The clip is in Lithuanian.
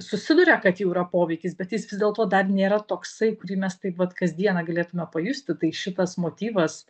susiduria kad jau yra poveikis bet jis vis dėlto dar nėra toksai kurį mes taip vat kas dieną galėtume pajusti tai šitas motyvas